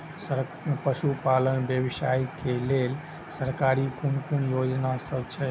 पशु पालन व्यवसाय के लेल सरकारी कुन कुन योजना सब छै?